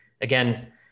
again